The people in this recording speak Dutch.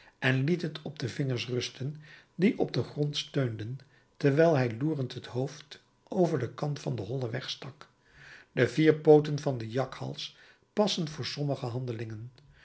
en liet het op de vingers rusten die op den grond steunden terwijl hij loerend het hoofd over den kant van den hollen weg stak de vier pooten van den jakhals passen voor sommige handelingen